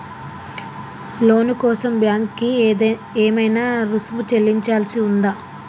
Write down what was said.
లోను కోసం బ్యాంక్ కి ఏమైనా రుసుము చెల్లించాల్సి ఉందా?